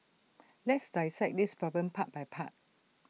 let's dissect this problem part by part